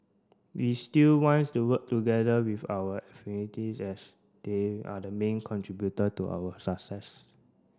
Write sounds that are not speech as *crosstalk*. we still wants to work together with our *unintelligible* as they are the main contributor to our success